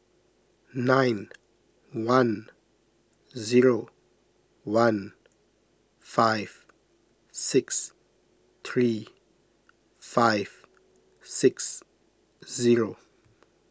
nine one zero one five six three five six zero